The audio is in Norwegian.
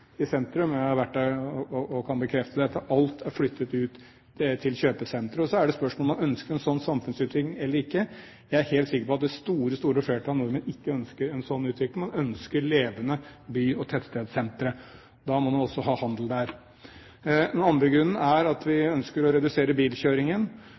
i sentrum. Jeg har vært der og kan bekrefte dette. Alt er flyttet ut til kjøpesentre. Så er spørsmålet om man ønsker en slik samfunnsutvikling eller ikke. Jeg er helt sikker på at det store flertallet av nordmenn ikke ønsker en slik utvikling. Man ønsker levende by- og tettstedsentre. Da må man også ha handel der. Den andre grunnen er at